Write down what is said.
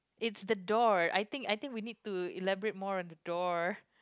it's the door I think I think we need to elaborate more on the door